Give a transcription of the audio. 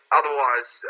otherwise